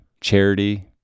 charity